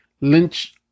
Lynch